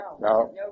no